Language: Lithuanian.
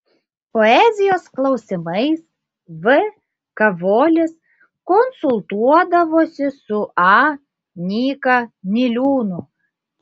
poezijos klausimais v kavolis konsultuodavosi su a nyka niliūnu